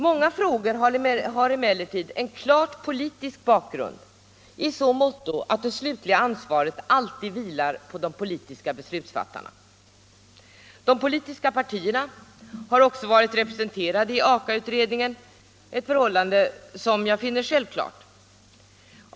Många frågor har emellertid en klart politisk bakgrund i så måtto att det slutliga ansvaret alltid vilar på de politiska beslutsfattarna. De politiska partierna har också varit representerade i AKA-utredningen, ett förhållande som jag finner självklart.